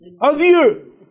adieu